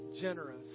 generous